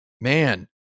man